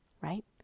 right